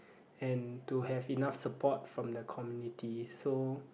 and to have enough support from the community so